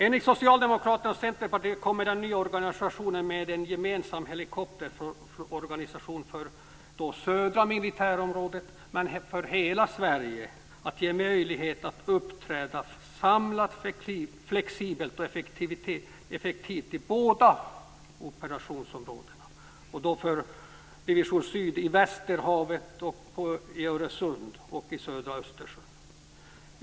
Enligt Socialdemokraterna och Centerpartiet kommer den nya organisationen med en gemensam helikopterorganisation inom södra militärområdet men för hela Sverige att ge möjlighet att uppträda samlat, flexibelt och effektivt i båda operationsområdena - för Division syd i Västerhavet, i Öresund och i södra Östersjön.